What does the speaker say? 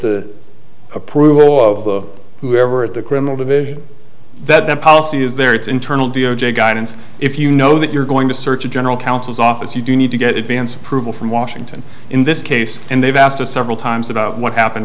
the approval of whoever at the criminal division that the policy is there it's internal d o j guidance if you know that you're going to search a general counsel's office you do need to get advance approval from washington in this case and they've asked us several times about what happened